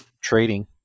trading